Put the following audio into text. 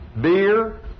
beer